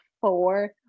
four